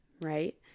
right